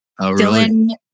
Dylan